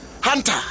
Hunter